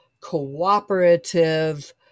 cooperative